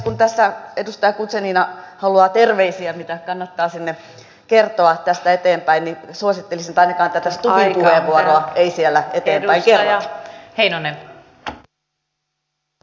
kun tässä edustaja guzenina haluaa terveisiä mitä kannattaa sinne kertoa tästä eteenpäin niin suosittelisin että ainakaan tätä stubbin puheenvuoroa ei siellä eteenpäin kerrota